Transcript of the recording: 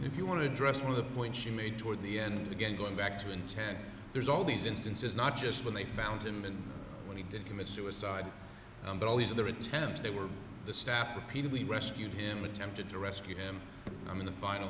if you want to address one of the points you made toward the end again going back to intent there's all these instances not just when they found him and when he did commit suicide but all these other attempts they were the staff repeatedly rescued him attempted to rescue him i mean the final